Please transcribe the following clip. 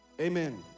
Amen